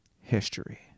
history